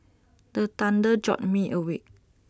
the thunder jolt me awake